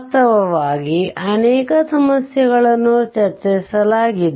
ವಾಸ್ತವವಾಗಿ ಅನೇಕ ಸಮಸ್ಯೆಗಳನ್ನು ಚರ್ಚಿಸಲಾಗಿದೆ